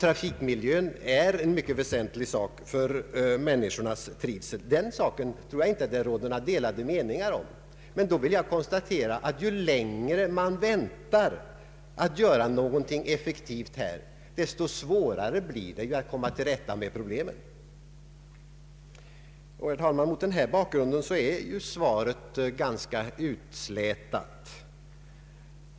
Trafikmiljön är av väsentlig betydelse för människornas trivsel. Den saken tror jag inte att det råder några delade meningar om. Men ju längre man väntar med att göra något effektivt, desto svårare blir det att komma till rätta med problemet. Herr talman! Mot denna bakgrund är det oroande att svaret är så utslätat.